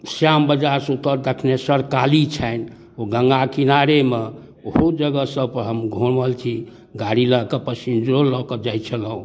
श्याम बजारसँ उत्तर दक्षिणेश्वर काली छनि ओ गङ्गा किनारेमे ओहो जगह सबपर हम घूमल छी गाड़ी लऽ कऽ पैसेन्जरो लऽ कऽ जाए छलहुँ